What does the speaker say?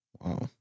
Wow